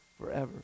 forever